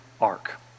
ark